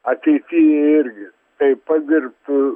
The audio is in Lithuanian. ateity irgi padirbtų